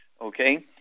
okay